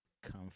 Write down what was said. comfort